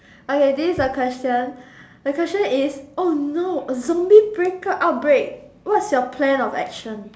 okay this is the question the question is oh no a zombie break out out break what's your plan of action